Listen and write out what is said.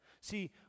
See